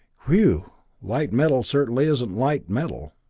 whew light-metal certainly isn't light metal!